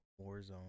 Warzone